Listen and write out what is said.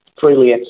freely